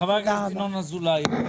חבר הכנסת אזולאי.